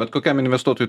bet kokiam investuotojui